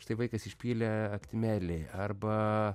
štai vaikas išpylė aktimelį arba